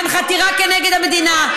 בעניין חתירה כנגד המדינה.